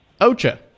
Ocha